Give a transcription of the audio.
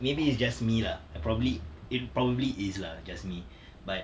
maybe it's just me lah ah probably it probably is lah just me but